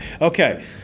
Okay